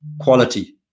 quality